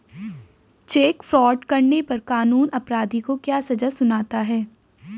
Check fraud करने पर कानून अपराधी को क्या सजा सुनाता है?